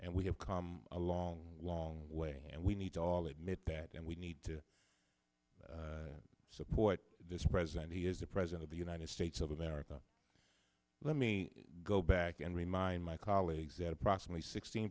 and we have come a long long way and we need to all admit that and we need to support this president he is the president of the united states of america let me go back and remind my colleagues that approximately sixt